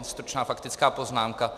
Jen stručná faktická poznámka.